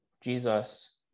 Jesus